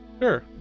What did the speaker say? Sure